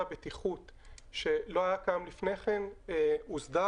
הבטיחות שלא היו קיימים לפני כן הוסדרו.